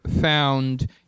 found